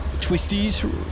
twisties